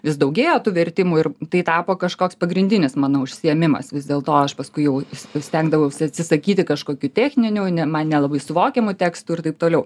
vis daugėjo tų vertimų ir tai tapo kažkoks pagrindinis mano užsiėmimas vis dėlto aš paskui jau st stengdavausi atsisakyti kažkokių techninių ne man nelabai suvokiamų tekstų ir taip toliau